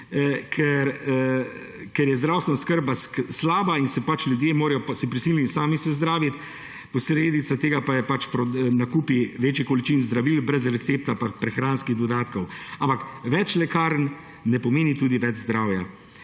kjer je zdravstvena oskrba slaba in so se pač ljudje prisiljeni sami zdraviti. Posledica tega so pa nakupi večjih količin zdravil brez recepta in prehranskih dodatkov. Ampak več lekarn ne pomeni tudi več zdravja.